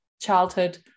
childhood